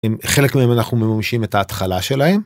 אם חלק מהם אנחנו ממשים את ההתחלה שלהם.